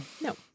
No